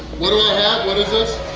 what do i have? what is this?